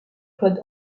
claude